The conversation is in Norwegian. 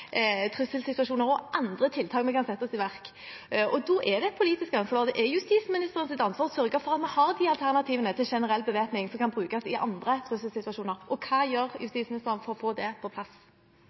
trusselsituasjoner, og andre tiltak kan settes i verk. Da er det et politisk ansvar, og det er justisministerens ansvar å sørge for at vi har alternativene til generell bevæpning som kan brukes i andre trusselsituasjoner. Hva gjør justisministeren for å få det på plass?